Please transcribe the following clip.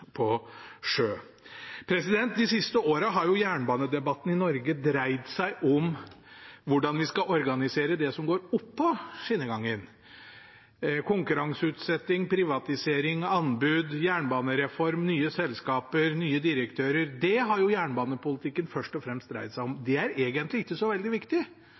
på sjø. De siste årene har jernbanedebatten i Norge dreid seg om hvordan vi skal organisere det som går oppå skinnegangen. Konkurranseutsetting, privatisering, anbud, jernbanereform, nye selskaper, nye direktører – det har jernbanepolitikken først og fremst dreid seg om. Det er egentlig ikke så veldig viktig.